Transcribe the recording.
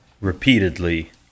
repeatedly